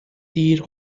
دیر